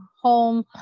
home